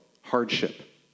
Hardship